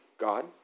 God